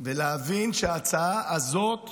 ולהבנה שההצעה הזאת